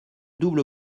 double